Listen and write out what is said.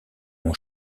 mon